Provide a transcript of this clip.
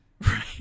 Right